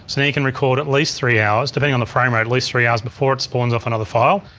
so now you can record at least three hours depending on the frame rate, at least three hours, before it spawns off another file.